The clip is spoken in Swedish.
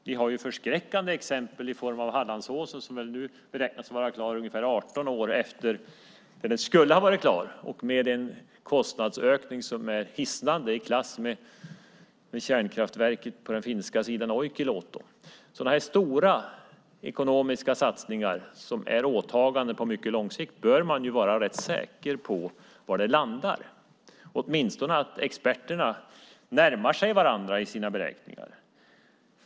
Vi har förskräckande exempel i form av Hallandsåsen som väl nu beräknas vara klar ungefär 18 år efter att den skulle vara klar och med en kostnadsökning som är hisnande, i klass med kärnkraftverket på den finska sidan, Olkiluoto. När det gäller sådana stora ekonomiska satsningar som är åtaganden på mycket lång sikt bör man vara rätt säker på var det landar. Åtminstone bör experterna närma sig varandra i sina beräkningar.